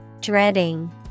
Dreading